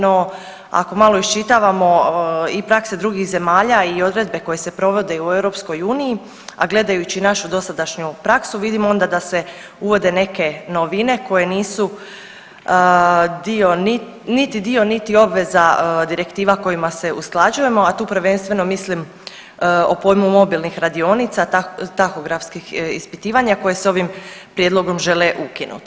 No ako malo iščitavamo i prakse drugih zemalja i odredbe koje se provode i u EU, a gledajući našu dosadašnju praksu vidimo onda da se uvode neke novine koje nisu dio niti dio niti obveza direktiva kojima se usklađujemo, a tu prvenstveno mislim o pojmu mobilnih radionica tahografskih ispitivanja koje se ovim prijedlogom žele ukinuti.